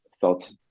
felt